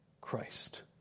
Christ